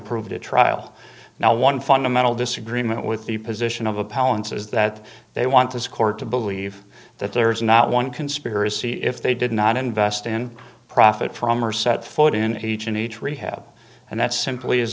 proved a trial now one fundamental disagreement with the position of appellants is that they want this court to believe that there is not one conspiracy if they did not invest in profit from or set foot in each in each rehab and that simply is